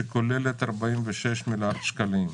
שכוללת 46 מיליארד שקלים.